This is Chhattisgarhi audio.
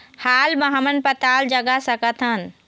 हाल मा हमन पताल जगा सकतहन?